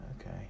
Okay